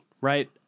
Right